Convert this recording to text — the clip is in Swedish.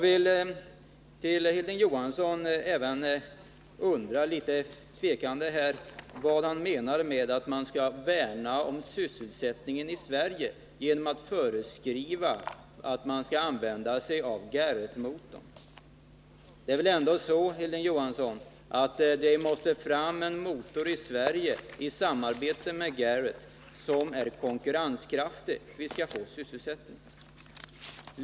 För det andra undrar jag vad Hilding Johansson menar med att vi skall värna om sysselsättningen i Sverige genom att föreskriva att man skall använda sig av Garrettmotorn. Det är väl ändå så, Hilding Johansson, att det måste fram en konkurrenskraftig motor i Sverige i samarbete med Garrett — om vi skall få sysselsättning.